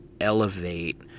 elevate